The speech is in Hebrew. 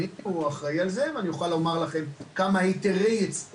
שלי פה כי הוא אחראי על זה ואני יכול להגיד לכם כמה היתרי ייבוא